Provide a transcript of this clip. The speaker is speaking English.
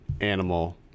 animal